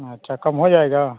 अच्छा कम हो जाएगा